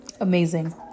Amazing